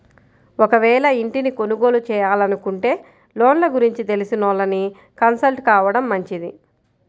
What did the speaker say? ఒకవేళ ఇంటిని కొనుగోలు చేయాలనుకుంటే లోన్ల గురించి తెలిసినోళ్ళని కన్సల్ట్ కావడం మంచిది